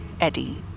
Eddie